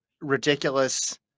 ridiculous